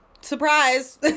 surprise